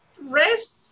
rest